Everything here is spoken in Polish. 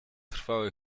trwały